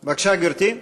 בבקשה, גברתי.